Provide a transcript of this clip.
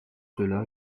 cela